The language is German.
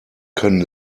können